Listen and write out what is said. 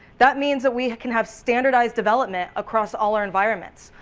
that means we can have standardized development across all our environments.